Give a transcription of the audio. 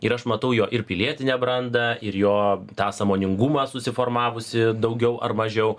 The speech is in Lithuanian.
ir aš matau jo ir pilietinę brandą ir jo tą sąmoningumą susiformavusį daugiau ar mažiau